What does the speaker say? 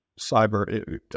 cyber